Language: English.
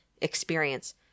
experience